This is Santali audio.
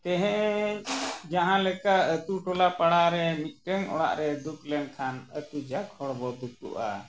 ᱛᱮᱦᱮᱸ ᱡᱟᱦᱟᱸ ᱞᱮᱠᱟ ᱟᱛᱳ ᱴᱚᱞᱟ ᱯᱟᱲᱟᱨᱮ ᱢᱤᱫᱴᱟᱝ ᱚᱲᱟᱜ ᱨᱮ ᱫᱩᱠ ᱞᱮᱱᱠᱷᱟᱱ ᱟᱛᱳ ᱡᱟᱠ ᱦᱚᱲ ᱵᱚᱱ ᱫᱩᱠᱩᱜᱼᱟ